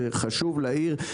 זה חשוב לעיר,